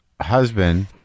husband